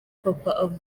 papa